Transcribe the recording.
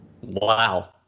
Wow